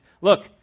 look